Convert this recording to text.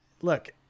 look